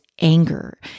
anger